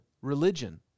religion